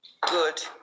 good